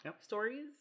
stories